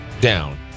down